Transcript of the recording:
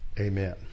Amen